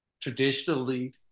traditionally